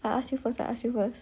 I ask you first I ask you first